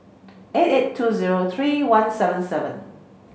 eight eight two zero three one seven seven